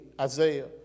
Isaiah